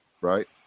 Right